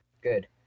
good